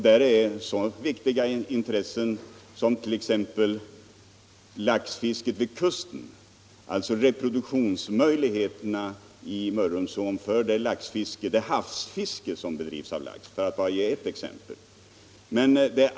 Där finns så viktiga ting som laxfisket vid kusten, alltså reproduktionsmöjligheterna i Mörrumsån för det havsfiske som bedrivs efter lax. Det är bara ett exempel.